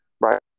Right